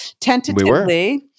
tentatively